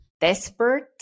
desperate